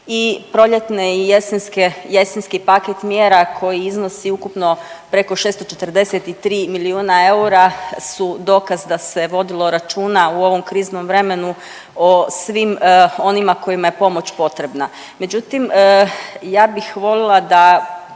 I proljetni i jesenski paket mjera koji iznosi ukupno preko 643 milijuna eura su dokaz da se vodilo računa u ovom kriznom vremenu o svim onima kojima je pomoć potrebna.